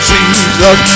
Jesus